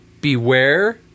Beware